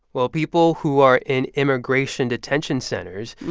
well, people who are in immigration detention centers.